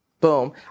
Boom